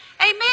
Amen